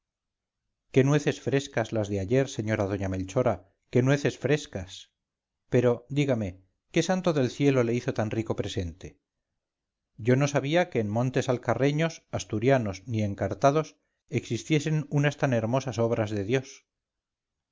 qué nueces frescas las de ayer señora doña melchora qué nueces frescas pero dígame qué santo del cielo le hizo tan rico presente yo no sabía que en montes alcarreños asturianos ni encartados existiesen unas tan hermosas obras de dios